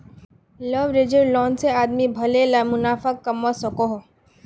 leveraged loan से आदमी भले ला मुनाफ़ा कमवा सकोहो